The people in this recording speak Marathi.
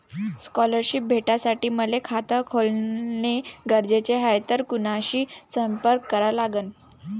स्कॉलरशिप भेटासाठी मले खात खोलने गरजेचे हाय तर कुणाशी संपर्क करा लागन?